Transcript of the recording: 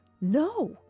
No